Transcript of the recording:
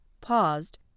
paused